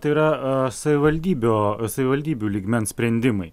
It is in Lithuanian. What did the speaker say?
tai yra savivaldybių savivaldybių lygmens sprendimai